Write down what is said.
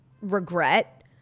regret